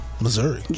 Missouri